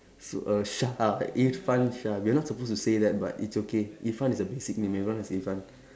so err Shah Irfanshah we are not supposed to say that but it's okay Irfan is a basic name everyone has Irfan